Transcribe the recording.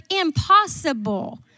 impossible